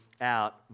out